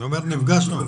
נפגשנו בעבר.